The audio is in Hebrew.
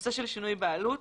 בנושא של שינוי בעלות.